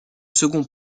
second